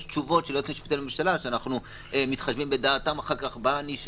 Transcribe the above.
יש תשובות של היועץ המשפטי לממשלה שמתחשבים בדעתם אחר כך בענישה,